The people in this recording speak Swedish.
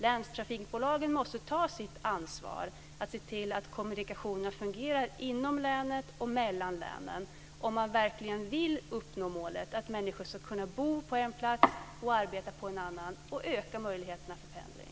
Länstrafikbolagen måste ta sitt ansvar och se till att kommunikationerna fungerar inom länet och mellan länen om man verkligen vill uppnå målet att människor ska kunna bo på en plats och arbeta på en annan och öka möjligheterna för pendling.